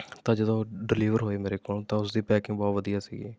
ਤਾਂ ਜਦੋਂ ਡਿਲੀਵਰ ਹੋਏ ਮੇਰੇ ਕੋਲ ਤਾਂ ਉਸਦੀ ਪੈਕਿੰਗ ਬਹੁਤ ਵਧੀਆ ਸੀ